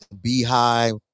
Beehive